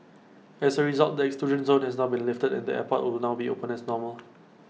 as A result the exclusion zone has now been lifted and the airport will now be open as normal